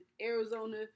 Arizona